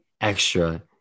extra